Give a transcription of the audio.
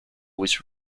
was